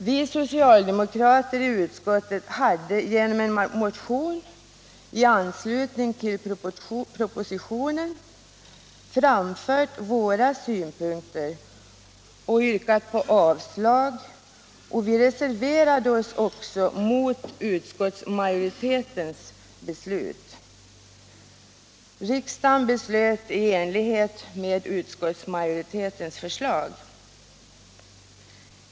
Vi socialdemokrater i utskottet hade genom en motion i anslutning till propositionen framfört våra synpunkter och yrkat på avslag, och vi reserverade oss också mot utskottsmajoritetens beslut. Riksdagen beslöt i enlighet med utskottsmajoritetens förslag.